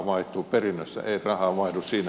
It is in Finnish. perinnössä ei raha vaihdu